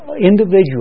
individual